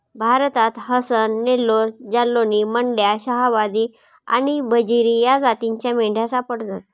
भारतात हसन, नेल्लोर, जालौनी, मंड्या, शाहवादी आणि बजीरी या जातींच्या मेंढ्या सापडतात